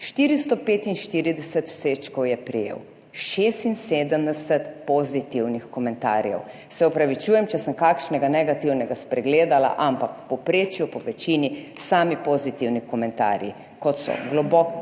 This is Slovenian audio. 445 všečkov je prejel, 76 pozitivnih komentarjev. Se opravičujem, če sem kakšnega negativnega spregledala, ampak v povprečju po večini sami pozitivni komentarji kot so: globok poklon,